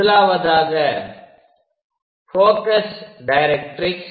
முதலாவதாக focus directrix